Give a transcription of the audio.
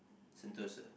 Sentosa